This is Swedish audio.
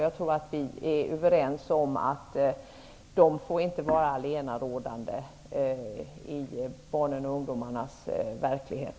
Jag tror att vi är överens om att dessa motkrafter inte får vara allenarådande i barnens och ungdomarnas verklighet.